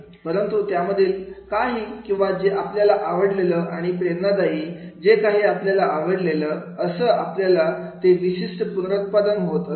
परंतु त्यामधील काही किंवा जे आपल्याला आवडलेलं आणि प्रेरणादायी जे काही आपल्याला आवडलेलं असं आपल्याला ते विशिष्ट पुनरुत्पादन होत असतं